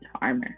armor